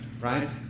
right